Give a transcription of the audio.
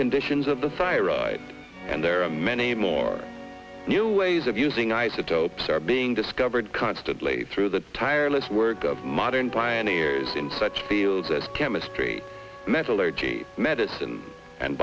conditions of the fire eyes and there are many more new ways of using isotopes are being discovered constantly through the tireless work of modern pioneers in such fields as chemistry metallurgy medicine and